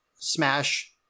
smash